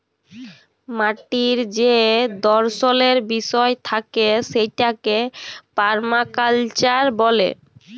মাটির যে দর্শলের বিষয় থাকে সেটাকে পারমাকালচার ব্যলে